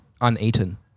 uneaten